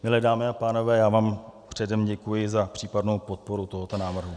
Milé dámy a pánové, já vám předem děkuji za případnou podporu tohoto návrhu.